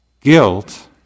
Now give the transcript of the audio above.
Guilt